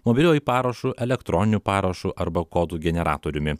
mobiliuoju parašu elektroniniu parašu arba kodų generatoriumi